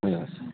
ए